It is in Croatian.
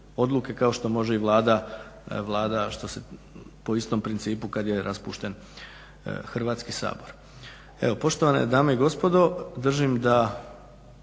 kao što može i Vlada po istom principu kad je raspušten Hrvatski sabor. Evo poštovane dame i gospodo, držim da